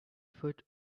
foot